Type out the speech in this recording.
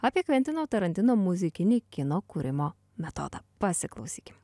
apie kventino tarantino muzikinį kino kūrimo metodą pasiklausykim